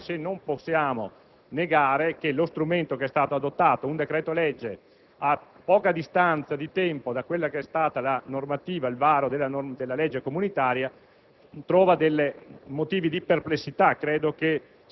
sostanzialmente condividerne le finalità, anche se non possiamo negare che lo strumento che è stato adottato, un decreto-legge, a poca distanza di tempo dal varo della legge comunitaria,